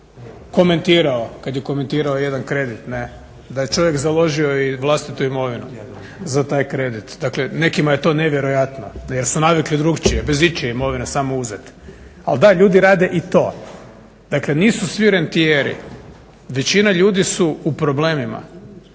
komentirao, kad je komentirao jedan kredit da je čovjek založio i vlastitu imovinu za taj kredit. Dakle, nekima je to nevjerojatno jer su navikli drukčije bez ičije imovine samo uzeti. Ali da, ljudi rade i to. Dakle, nisu svi rentijeri. Većina ljudi su u problemima.